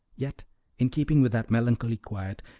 yet in keeping with that melancholy quiet,